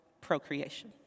procreation